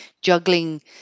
juggling